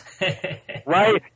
right